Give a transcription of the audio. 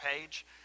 page